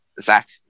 Zach